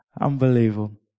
Unbelievable